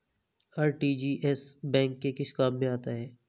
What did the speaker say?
RTGS bank के किस काम में आता है?